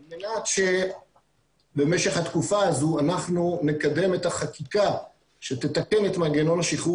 עד שבמשך התקופה הזו אנחנו נקדם את החקיקה שתתקן את מנגנון השחרור